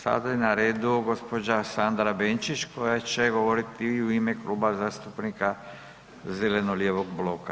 Sada je na redu gospođa Sandra Benčić koja će govoriti u ime Kluba zastupnika zeleno-lijevog bloka.